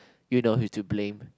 you know who to blame